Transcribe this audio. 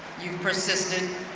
you've persisted,